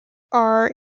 are